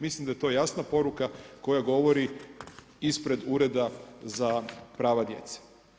Mislim da je to jasna poruka koja govori ispred Ureda za prava djece.